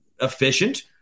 efficient